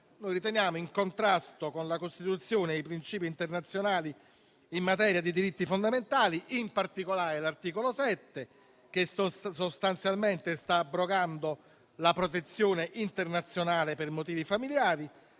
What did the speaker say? noi riteniamo in contrasto con la Costituzione e i principi internazionali in materia di diritti fondamentali l'articolo 7, che sostanzialmente sta abrogando la protezione internazionale per motivi familiari,